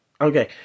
okay